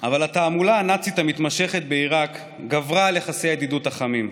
אבל התעמולה הנאצית המתמשכת בעיראק גברה על יחסי הידידות החמים.